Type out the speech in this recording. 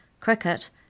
Cricket